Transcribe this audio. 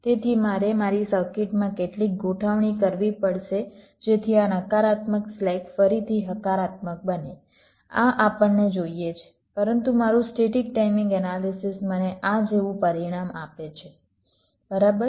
તેથી મારે મારી સર્કિટમાં કેટલીક ગોથવણી કરવી પડશે જેથી આ નકારાત્મક સ્લેક ફરીથી હકારાત્મક બને આ આપણને જોઈએ છે પરંતુ મારું સ્ટેટિક ટાઈમિંગ એનાલિસિસ મને આ જેવું પરિણામ આપે છે બરાબર